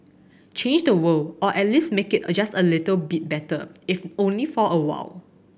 change the world or at least make it adjust a little bit better if only for a while